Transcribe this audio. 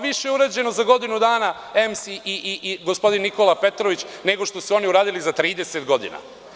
Više je urađeno za godinu dana EMS i gospodin Nikola Petrović, nego što su oni uradili za 30 godina.